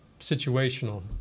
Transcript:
situational